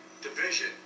division